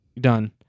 done